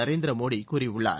நரேந்திர மோடி கூறியுள்ளார்